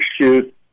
shoot